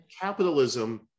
capitalism